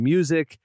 Music